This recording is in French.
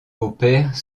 opère